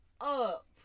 up